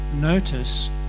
notice